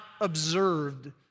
observed